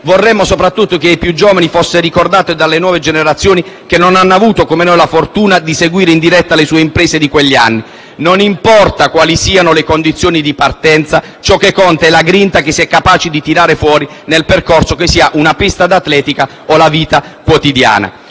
Vorremmo che fosse ricordato dalle nuove generazioni che non hanno avuto come noi la fortuna di seguire in diretta le sue imprese di quegli anni. Non importa quali siano le condizioni di partenza, ciò che conta è la grinta che si è capaci di tirare fuori nel percorso, che sia una pista d'atletica o la vita quotidiana.